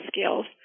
skills